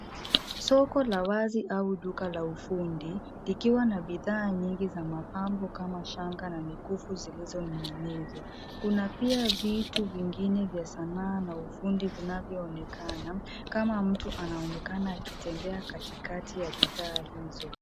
Soko la wazi au duka la ufundi, likiwa na bidhaa nyingi za mapambo kama shanga na mikufu zilizoning'inizwa. Kuna pia vitu vingine vya sanaa na ufundi vinavyoonekana, kama mtu anaonekana akitembea katikati ya bidhaa hizo.